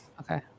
okay